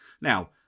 Now